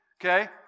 Okay